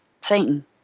Satan